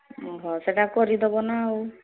ଓହ ସେଇଟା କରିଦେବ ନା ଆଉ